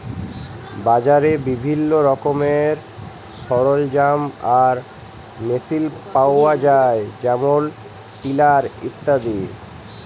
বাজারে বিভিল্ল্য রকমের সরলজাম আর মেসিল পাউয়া যায় যেমল টিলার ইত্যাদি